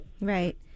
Right